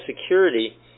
security